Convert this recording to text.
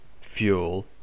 fuel